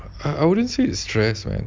I I wouldn't say it stress man